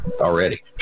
already